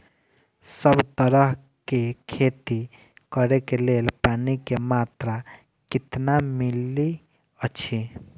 सब तरहक के खेती करे के लेल पानी के मात्रा कितना मिली अछि?